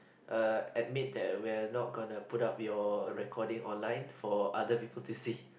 uh admit that we're not gonna put up your recording online for other people to see